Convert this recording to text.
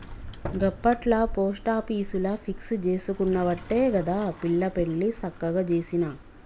గప్పట్ల పోస్టాపీసుల ఫిక్స్ జేసుకునవట్టే గదా పిల్ల పెండ్లి సక్కగ జేసిన